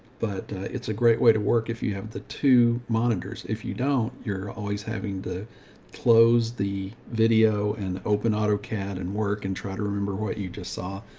but it's a great way to work. if you have the two monitors, if you don't, you're always having to close the video and open autocad and work and try to remember what you just saw.